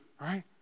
right